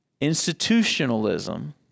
Institutionalism